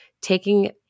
taking